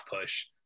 push